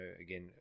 again